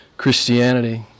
Christianity